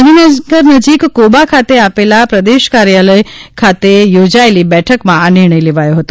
ગાંધીનગર નજીક કોબા ખાતે આપેલા પ્રદેશ કાર્યાલય ખાતે યોજાયેલી બેઠકમાં આ નિર્ણય લેવાયો હતો